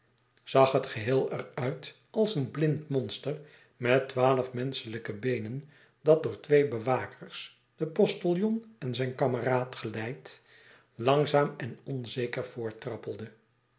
zag het geheel er uit als een blind monster met twaalf menschelijke beenen dat door twee bewakers den postiljon en zijn kameraad geleid langzaam en onzeker